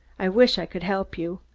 i wish i could help you.